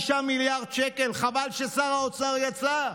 חבל ששר האוצר יצא.